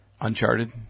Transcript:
Uncharted